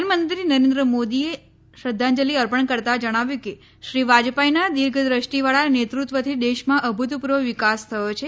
પ્રધાનમંત્રી નરેન્દ્ર મોદીએ શ્રધ્ધાંજલિ અર્પણ કરતાં જણાવ્યું કે શ્રી વાજપાઈનાં દિર્ધદષ્ટિવાળા નેતૃત્વથી દેશમાં અભૂતપૂર્વ વિકાસ થયો છે